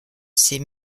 ses